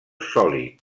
sòlid